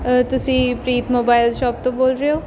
ਤੁਸੀਂ Preet mobile shop ਤੋਂ ਬੋਲ ਰਹੇ ਹੋ